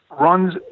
runs